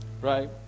Right